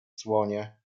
słonie